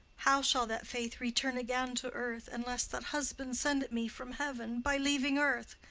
how shall that faith return again to earth unless that husband send it me from heaven by leaving earth?